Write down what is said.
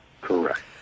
Correct